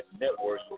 Network